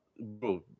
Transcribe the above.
bro